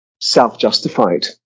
self-justified